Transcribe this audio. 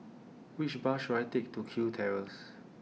Which Bus should I Take to Kew Terrace